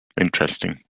Interesting